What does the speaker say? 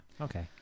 Okay